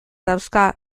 dauzka